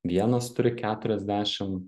vienas turi keturiasdešim